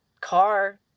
car